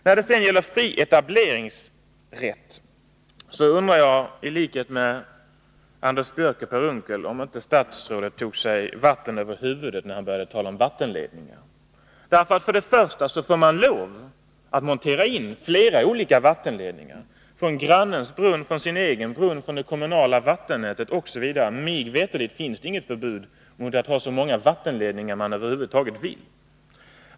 När det gäller fri etableringsrätt undrar jag i likhet med Anders Björck och Per Unckel om inte statsrådet tog sig vatten över huvudet när han började tala om vattenledningar. Man får lov att montera in flera olika vattenledningar — från grannens brunn, från sin egen brunn, från det kommunala vattennätet osv. Mig veterligt finns det inget förbud mot att ha så många vattenledningar man över huvud taget vill.